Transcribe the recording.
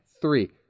three